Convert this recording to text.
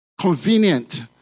convenient